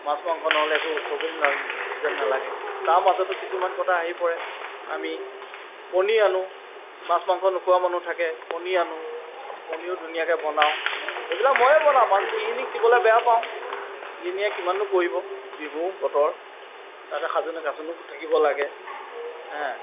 মাছ মাংস নহ'লে একো উৎসৱেই যেন নালাগে তাৰ মাজতো কিছুমান কথা আহি পৰে আমি পনীৰ আনোঁ মাছ মাংস নোখোৱা মানুহ থাকে পনীৰ আনোঁ পনীৰো ধুনীয়াকে বনাওঁ সেইবিলাক মইয়ে বনাও গৃহিণীক দিবলে বেয়া পাওঁ গৃহিণীয়ে কিমানো কৰিব বিহু বতৰ তাতে সাজোনে কাচোনেও থাকিব লাগে